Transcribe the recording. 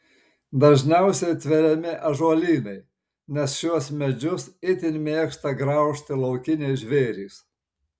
dažniausiai tveriami ąžuolynai nes šiuos medžius itin mėgsta graužti laukiniai žvėrys